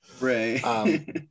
right